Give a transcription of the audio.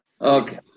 Okay